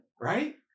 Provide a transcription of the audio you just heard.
right